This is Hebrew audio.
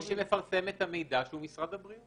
מי שמפרסם את המידע, שהוא משרד הבריאות.